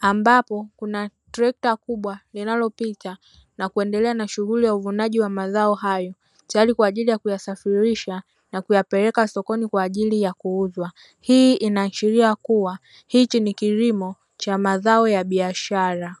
ambapo kuna trekta kubwa linalopita na kuendelea na shughuli ya uvunaji wa mazao hayo. Tayari kwa ajili ya kuyasafirisha na kuyapeleka sokoni kwa ajili ya kuuzwa, hii inaashiria kuwa hiki ni kilimo cha mazao ya biashara.